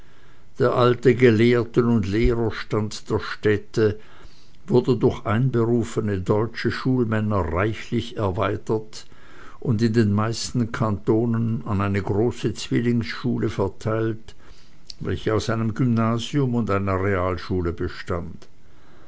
der alte gelehrten und lehrerstand der städte wurde durch einberufene deutsche schulmänner reichlich erweitert und in den meisten kantonen an eine große zwillingsschule verteilt welche aus einem gymnasium und einer realschule bestand